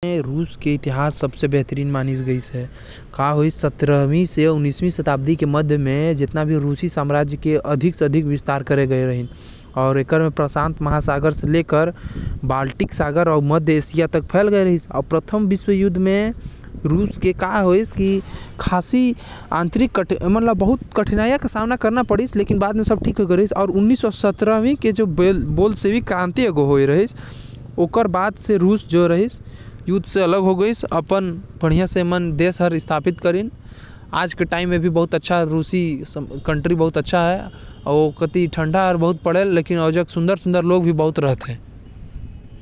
सत्तरह से उन्नीशवी शताब्दी के बीच म रूस के अधिक से अधिक विस्तार करे गये रहिस। प्रशांत महासागर से लेकर तोर बाल्टिक सागर अउ मध्य एशिया तक रूस हर फैल गए रहिस। पहिला विश्व युद्ध म एमन ला बहुते कठिनायों के सामने करना पड़े रहिस। उन्नीस सौ सत्रह म बोल्शेविक क्रांति के बाद रूस युद्ध मन से दूर होगये रहिस।